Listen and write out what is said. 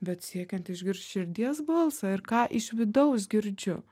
bet siekiant išgirst širdies balsą ir ką iš vidaus girdžiu